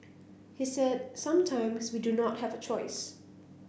he said sometimes we do not have a choice